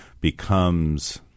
becomes